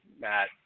Matt